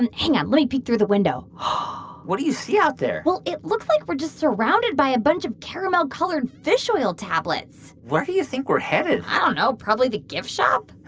and hang on. let me peek through the window what do you see out there? well, it looks like we're just surrounded by a bunch of caramel colored fish oil tablets where do you think we're headed? i don't know. probably the gift shop?